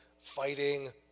fighting